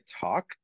talk